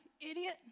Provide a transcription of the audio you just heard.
idiot